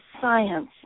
science